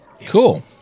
Cool